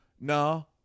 no